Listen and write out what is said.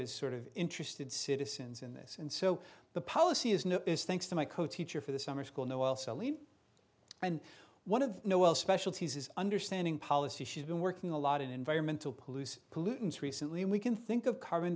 is sort of interested citizens in this and so the policy is no thanks to my co teacher for the summer school noel sally and one of noel specialties is understanding policy she's been working a lot in environmental pollution pollutants recently and we can think of carbon